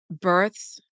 births